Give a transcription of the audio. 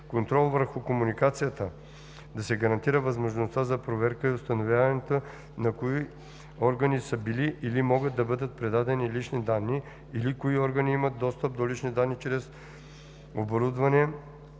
контрол върху комуникацията – да се гарантира възможността за проверка и установяване на кои органи са били или могат да бъдат предадени лични данни, или кои органи имат достъп до лични данни чрез оборудване